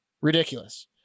ridiculous